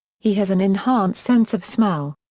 he has an enhanced sense of smell.